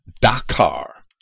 Dakar